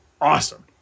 awesome